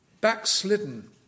backslidden